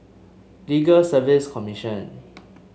Legal Service Commission